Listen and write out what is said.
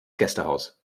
gästehaus